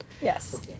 Yes